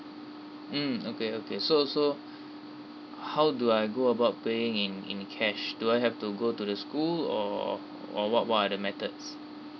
mm okay okay so so how do I go about paying in in cash do I have to go to the school or or what what are the methods